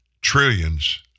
trillions